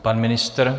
Pan ministr?